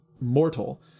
mortal